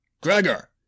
Gregor